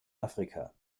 afrika